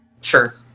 Sure